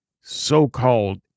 so-called